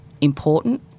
important